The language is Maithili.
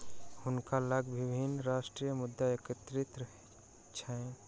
हुनका लग विभिन्न राष्ट्रक मुद्रा एकत्रित छैन